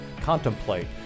contemplate